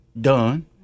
done